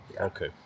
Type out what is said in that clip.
Okay